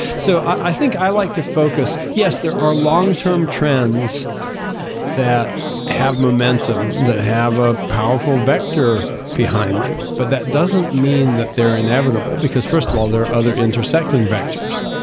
so i think i like to focus, yes, there are long term trends that have momentum that have a powerful vector behind them but that doesn't mean that they're inevitable because first of all, there are other intersecting vectors.